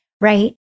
right